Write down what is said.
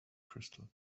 crystal